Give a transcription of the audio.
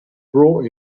brought